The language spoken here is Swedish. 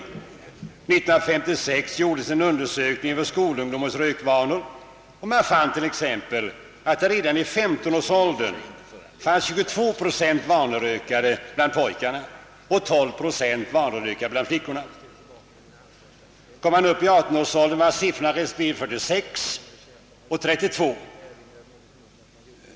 1956 gjordes en undersökning av skolungdomens rökvanor, och man fann att redan i 15-årsåldern 22 procent av pojkarna och 12 procent av flickorna var vanerökare. Kom man upp i 18-årsåldern var siffrorna respektive 46 och 32 procent.